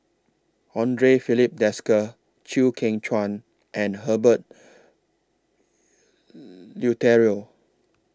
Andre Filipe Desker Chew Kheng Chuan and Herbert Eleuterio